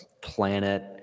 planet